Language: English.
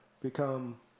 become